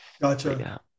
Gotcha